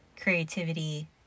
creativity